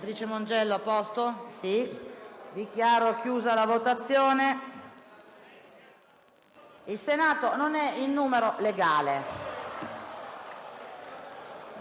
il Senato non è in numero legale